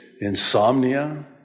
insomnia